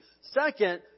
Second